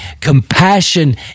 compassion